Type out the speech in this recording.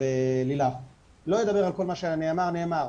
אני לא אדבר על כל מה שנאמר, זה נאמר.